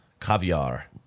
caviar